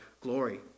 glory